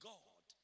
God